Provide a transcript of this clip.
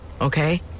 okay